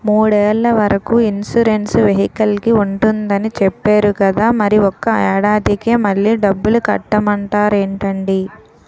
మూడేళ్ల వరకు ఇన్సురెన్సు వెహికల్కి ఉంటుందని చెప్పేరు కదా మరి ఒక్క ఏడాదికే మళ్ళి డబ్బులు కట్టమంటారేంటండీ?